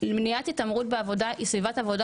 מניעת התעמרות בעבודה היא סביבת עבודה